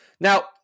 Now